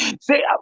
Say